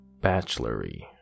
bachelory